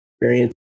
experience